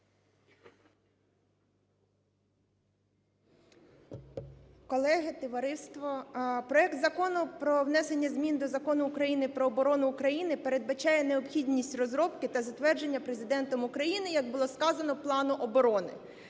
Колеги, товариство, проект Закону про внесення змін до Закону України "Про оборону України" передбачає необхідність розробки та затвердження Президентом України, як було сказано, плану оброни.